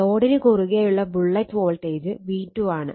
ലോഡിന് കുറുകെയുള്ള ബുള്ളറ്റ് വോൾട്ടേജ് V2 ആണ്